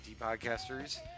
podcasters